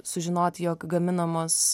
sužinot jog gaminamas